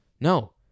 no